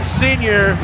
senior